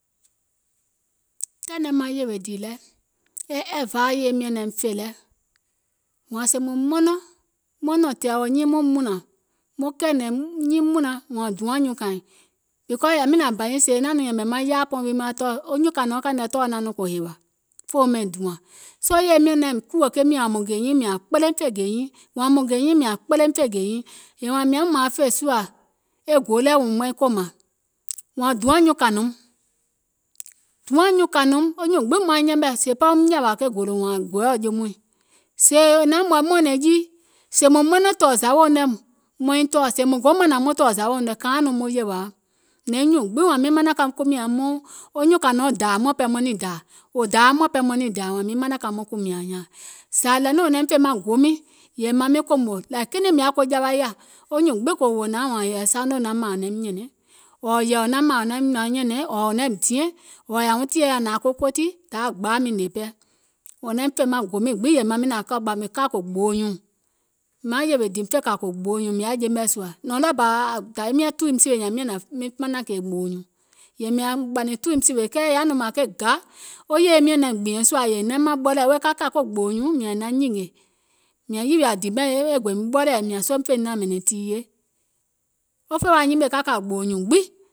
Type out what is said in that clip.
Taìŋ nɛ maŋ yèwè dìì lɛ, e ɛ̀vaȧa yèye miɔ̀ŋ naim fè lɛ, wèè sèè muŋ mɔnɔŋ maŋ nɔ̀ŋ nyiiŋ mɔɔ̀ŋ mùnlȧŋ, muŋ kɛ̀ɛ̀nɛ̀ŋ nyiiŋ mùnlaŋ, wȧȧŋ duȧŋ nyuùŋ kȧìŋ, because yȧwi nȧȧŋ bȧ nyiŋ sèè e naȧŋ nɔŋ yɛ̀mɛ̀ maŋ yaȧkpɔɔ miiŋ maŋ tɔɔ̀ wo nyuùŋ kȧìnɔ̀ɔŋ kȧìŋ nɛ tɔɔ̀ naȧŋ nɔŋ kò hèwȧ, fòum ɓɛìŋ dùȧŋ, soo yèye miɔ̀ŋ naim kùwò ke mìȧŋ wȧȧŋ mùŋ gè nyiiŋ, mìȧŋ kpele miŋ fè gè nyiiŋ, wȧȧŋ mìŋ yȧùm nȧaŋ fè sùȧ e go lɛɛ̀ wèè maìŋ kòmàŋ, wȧȧŋ duȧŋ nyuùŋ kȧìnùum, duȧŋ nyuùŋ kȧìnùum, wo nyùùŋ gbiŋ maŋ yɛmɛ̀ sèè pɛɛ woum nyȧwȧ ke gòlò gɔ̀ɛ̀ɛ̀o je mɔɛ̀ŋ, sèè è naum wɛ̀i mɔ̀ɔ̀nɛ̀ŋ jii, sèè mùŋ ɓɛnɛ̀ŋ tɔ̀ɔ̀ zawèuŋ nɛ̀, maiŋ tɔɔ̀, sèèùm go mȧnȧŋ maŋ tɔ̀ɔ̀ zawèuŋ kȧiȧŋ nɔŋ muŋ yèwȧa, nyɛ̀iŋ nyùùŋ gbiŋ miŋ manȧŋ kaiŋ kumiȧŋ wo nyuùŋ kȧìnɔ̀ɔŋ dàà muȧŋ pɛɛ maŋ niŋ dȧȧ, wȧȧŋ miŋ manȧŋ ka muiŋ kumìȧŋ nyȧȧŋ, zȧ nȧȧŋ nɔŋ wò naim fè maŋ go miiŋ nȧȧŋ kinɛiŋ mìŋ yaȧ jawa yaȧ, wo nyùùŋ kòò wòo nȧaŋ wààŋ yɛ̀ì sanò naim nyɛ̀nɛ̀ŋ, wò naim fè maŋ gò miiŋ gbiŋ ɓɔ̀ mìŋ ka kò gbòò nyùùŋ, maŋ yèwè dìì fè kȧ kò gbòò nyùùŋ, mìŋ yaȧ je mɛ̀ sùȧ, nɔ̀ŋ ɗɔɔbȧ dȧwiim nyȧŋ tuùim sìwè nyȧȧŋ miŋ manaŋ gbòò nyùùŋ, yèè miȧŋ ɓɔ̀ nìŋ tuùìm sìwè, kɛɛ è yaȧ nɔŋ mȧȧŋ ke gȧ wo yèye miɔ̀ŋ naim gbìɛ̀ŋ sùȧ yèè è naim maȧŋ ɓɔlɛ̀ɛ̀ wèè ka kȧ ko gbòò nyùùŋ mìȧŋ è naŋ nyìngè, miȧŋ yìwìȧ dìì mɛ̀ e gòim ɓɔlɛ̀ɛ̀ mìȧŋ soo fèiŋ naiŋ ɓɛ̀nɛ̀ŋ tììye, wo fè wa nyimèè ka kȧ gbòò nyùùŋ gbiŋ,